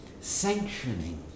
sanctioning